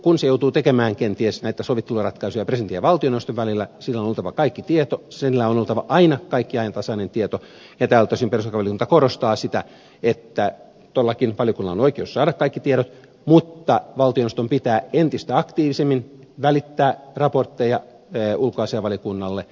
kun se joutuu kenties tekemään näitä sovitteluratkaisuja presidentin ja valtioneuvoston välillä sillä on oltava kaikki tieto sillä on oltava aina kaikki ajantasainen tieto ja tältä osin perustuslakivaliokunta korostaa sitä että valiokunnalla on todellakin oikeus saada kaikki tiedot ja valtioneuvoston pitää entistä aktiivisemmin välittää raportteja ulkoasiainvaliokunnalle